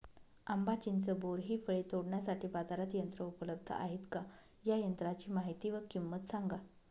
आंबा, चिंच, बोर हि फळे तोडण्यासाठी बाजारात यंत्र उपलब्ध आहेत का? या यंत्रांची माहिती व किंमत सांगा?